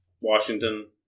Washington